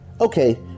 Okay